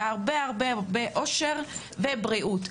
והרבה אושר ובריאות.